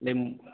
ही म